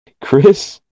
Chris